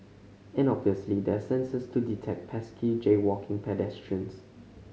and obviously there are sensors to detect pesky jaywalking pedestrians